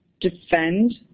defend